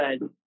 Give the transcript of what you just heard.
good